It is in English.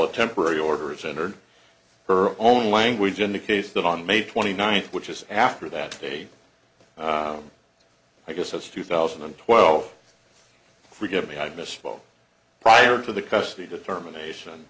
a temporary order is entered her own language indicates that on may twenty ninth which is after that day i guess it's two thousand and twelve forgive me i misspoke prior to the custody determination